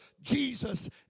Jesus